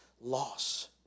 loss